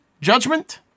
Judgment